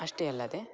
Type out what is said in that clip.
ಅಷ್ಟೇ ಅಲ್ಲದೆ